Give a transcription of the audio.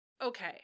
Okay